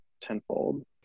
tenfold